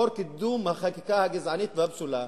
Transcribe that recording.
לאור קידום החקיקה הגזענית והפסולה,